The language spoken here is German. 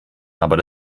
aber